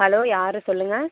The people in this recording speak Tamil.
ஹலோ யாரு சொல்லுங்க